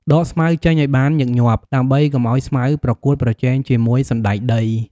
ដកស្មៅចេញឱ្យបានញឹកញាប់ ដើម្បីកុំឱ្យស្មៅប្រកួតប្រជែងជាមួយសណ្តែកដី។